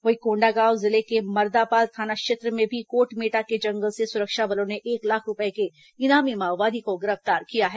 वहीं कोंडागांव जिले के मर्दापाल थाना क्षेत्र में भी कोटमेटा के जंगल से सुरक्षा बलों ने एक लाख रूपये के इनामी माओवादी को गिरफ्तार किया है